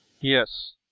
Yes